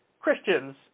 Christians